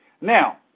Now